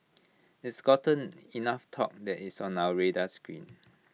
it's gotten enough talk that it's on our radar screen